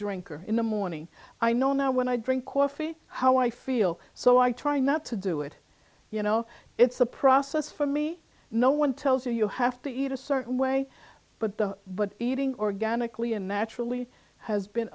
drinker in the morning i know now when i drink coffee how i feel so i try not to do it you know it's a process for me no one tells you you have to eat a certain way but the but feeding organically a match really has been